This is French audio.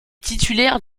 titulaire